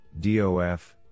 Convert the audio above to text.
DOF